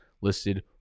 listed